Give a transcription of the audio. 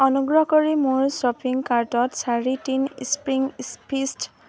অনুগ্ৰহ কৰি মোৰ শ্বপিং কাৰ্টত চাৰি টিন স্প্ৰীং ইস্ফিষ্ট